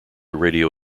radio